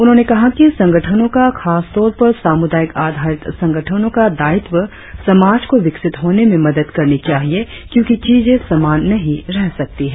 उन्होंने कहा कि संगठनों का खासतौर पर सामुदायिक आधारित संगठनों का दायित्व समाज को विकसित होने में मदद करनी चाहिए क्योंकि चीजे समान नहीं रह सकती हैं